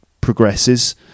progresses